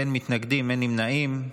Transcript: אין מתנגדים, אין נמנעים.